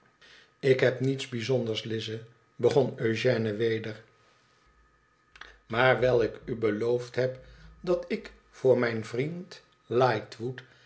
fik heb niets bijzonders lize begon eugène weder maar wijl ik u beloofd heb dat ik voor mijn vriend